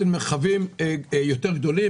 הגדולות,